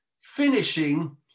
finishing